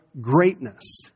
greatness